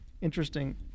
Interesting